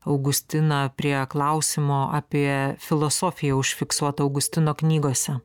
augustiną prie klausimo apie filosofiją užfiksuotą augustino knygose